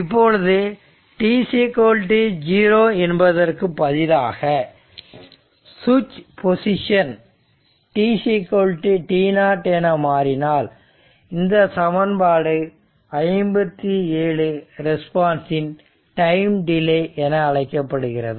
இப்பொழுது t0 என்பதற்கு பதிலாக சுவிட்ச் போசிஷன் tt0 என மாறினால் இந்த சமன்பாடு 57 ரெஸ்பான்ஸ் இன் டைம் டிலே என அழைக்கப்படுகிறது